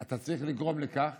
אתה צריך לגרום לכך